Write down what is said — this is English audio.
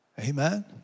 Amen